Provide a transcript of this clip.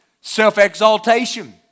self-exaltation